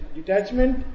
Detachment